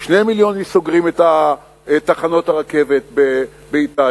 2 מיליון איש סוגרים את תחנות הרכבת באיטליה.